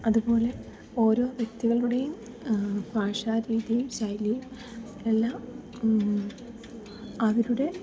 അതുപോലെ ഓരോ വ്യക്തികളുടെയും ഭാഷാ രീതിയും ശൈലിയും എല്ലാം അവരുടെ